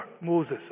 Moses